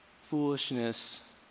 foolishness